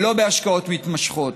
ולא בהשקעות מתמשכות.